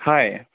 হয়